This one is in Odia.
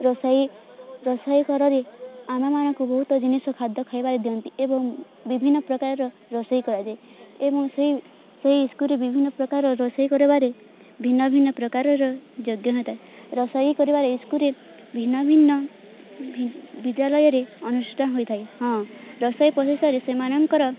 ରୋଷେଇ ରୋଷେଇ କରରେ ଆମେମାନଙ୍କୁ ବହୁତ ଜିନିଷ ଖାଦ୍ୟ ଖାଇବାରେ ଦିଅନ୍ତି ଏବଂ ବିଭିନ୍ନ ପ୍ରକାରର ରୋଷେଇ କରାଯାଏ ଏବଂ ସେଇ ସେଇ ସ୍କୁଲ୍ରେ ବିଭିନ୍ନ ପ୍ରକାର ରୋଷେଇ କରିବାରେ ଭିନ୍ନ ଭିନ୍ନ ପ୍ରକାରର ଯୋଗ୍ୟତା ହୋଇଥାଏ ରୋଷେଇ କରିବାରେ ସ୍କୁଲ୍ରେ ଭିନ୍ନ ଭିନ୍ନ ବିଦ୍ୟାଳୟରେ ଅନୁଷ୍ଠାନ ହୋଇଥାଏ ହଁ ରୋଷେଇ ପ୍ରଶେଷରେ ସେମାନଙ୍କର